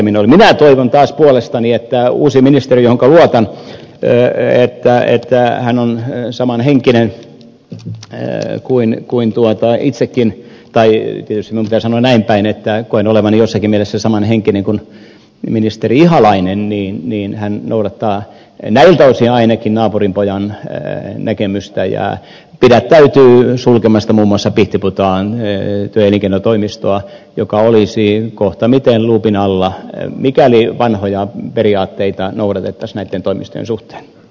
minä taas toivon puolestani että uusi ministeri johonka luotan että hän on samanhenkinen kuin itsekin tai tietysti minun pitää sanoa näin päin että koen olevani jossakin mielessä samanhenkinen kuin ministeri ihalainen noudattaa ainakin näiltä osin naapurinpojan näkemystä ja pidättäytyy sulkemasta muun muassa pihtiputaan työ ja elinkeinotoimistoa joka olisi kohtamiten luupin alla mikäli vanhoja periaatteita noudatettaisiin näitten toimistojen suhteen